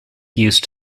used